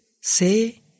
Say